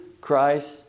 Christ